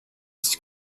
sich